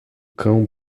cão